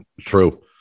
true